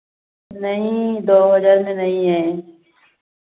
नहीं दो हज़ार में नहीं हैं